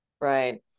Right